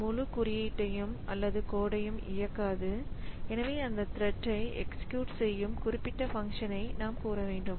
அது முழு குறியீட்டையும் இயக்காது எனவே அந்தத் த்ரெட்டை எக்ஸிகியூட் செய்யும் குறிப்பிட்ட பங்க்ஷன்ஐ நாம் கூறவேண்டும்